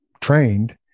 trained